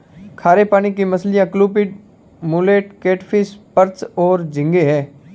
खारे पानी की मछलियाँ क्लूपीड, मुलेट, कैटफ़िश, पर्च और झींगे हैं